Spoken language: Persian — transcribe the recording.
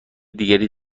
دیگری